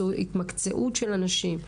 המקצועית של האנשים.